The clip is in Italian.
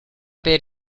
per